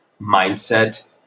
mindset